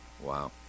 Wow